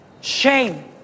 Shame